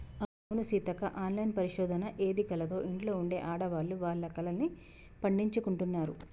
అవును సీతక్క ఆన్లైన్ పరిశోధన ఎదికలతో ఇంట్లో ఉండే ఆడవాళ్లు వాళ్ల కలల్ని పండించుకుంటున్నారు